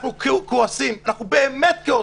אנחנו כועסים, אנחנו באמת כועסים.